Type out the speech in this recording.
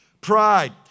Pride